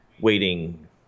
waiting